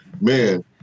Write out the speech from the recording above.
man